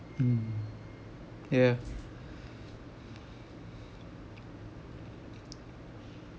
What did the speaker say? mm yeah